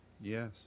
Yes